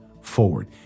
forward